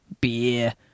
Beer